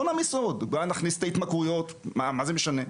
בואו נעמיס עוד: בואו נכניס את ההתמכרויות; מה זה משנה?